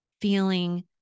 feeling